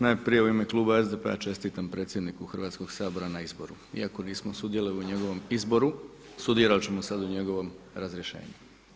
Najprije u ime kluba SDP-a čestitam predsjedniku Hrvatskog sabora na izbori, iako nismo sudjelovali u njegovom izboru, sudjelovat ćemo ali sada u njegovom razrješenju.